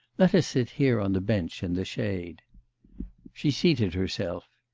let us sit here on the bench in the shade she seated herself.